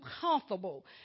comfortable